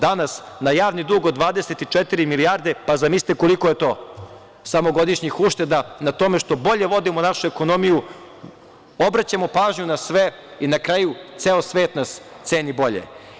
Danas na javni dug od 24 milijarde, pa zamislite koliko je to samo godišnjih ušteda na tome što bolje vodimo našu ekonomiju, obraćamo pažnju na sve i na kraju ceo svet nas ceni bolje.